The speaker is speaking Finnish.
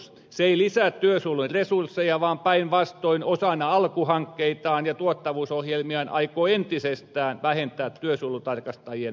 se ei lisää työsuojeluresursseja vaan päinvastoin osana alku hankkeitaan ja tuottavuusohjelmiaan aikoo entisestään vähentää työsuojelutarkastajien määrää